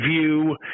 view